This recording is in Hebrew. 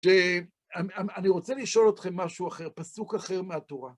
אני רוצה לשאול אתכם משהו אחר, פסוק אחר מהתורה.